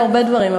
היו הרבה דברים,